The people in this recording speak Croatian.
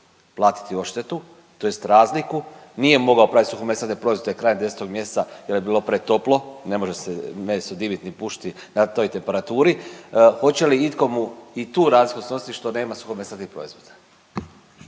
platiti odštetu tj. razliku. Nije mogao praviti suhomesnate proizvode krajem 10-og mjeseca jer je bilo pretoplo, ne može se meso dimiti i pušiti na toj temperaturi. Hoće li itko mu i tu razliku snositi što nema kome …/Govornik se